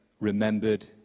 remembered